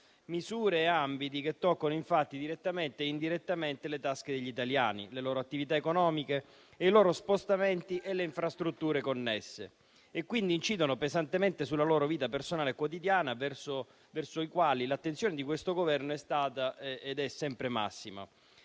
misure e ambiti che toccano, infatti, direttamente o indirettamente, le tasche degli italiani, le loro attività economiche, i loro spostamenti e le infrastrutture connesse, e quindi incidono pesantemente sulla loro vita personale quotidiana. Verso di loro l'attenzione di questo Governo è stata ed è sempre massima.